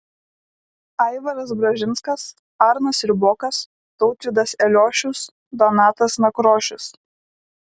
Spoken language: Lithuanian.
aivaras bražinskas arnas ribokas tautvydas eliošius donatas nakrošius